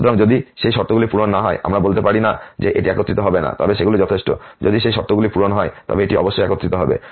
সুতরাং যদি সেই শর্তগুলি পূরণ না হয় আমরা বলতে পারি না যে এটি একত্রিত হবে না তবে সেগুলি যথেষ্ট যদি সেই শর্তগুলি পূরণ করা হয় তবে এটি অবশ্যই একত্রিত হবে